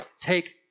take